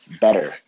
better